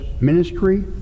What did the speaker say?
ministry